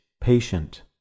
patient